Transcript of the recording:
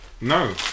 No